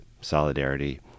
solidarity